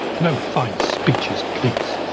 no fine speeches, please.